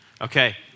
Okay